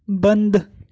بند